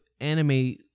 anime